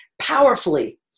powerfully